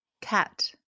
Cat